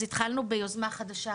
אז התחלנו ביוזמה חדשה,